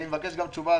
אני מבקש גם תשובה,